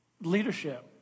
leadership